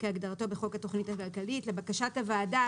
כהגדרתו בחוק התכנית הכלכלית." לבקשת הוועדה